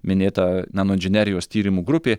minėta nanoinžinerijos tyrimų grupė